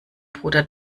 bruder